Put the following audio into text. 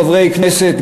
חברי כנסת,